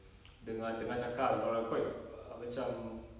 dengar dengar cakap and all lah quite err macam